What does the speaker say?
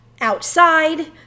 outside